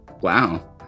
Wow